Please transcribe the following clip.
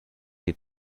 die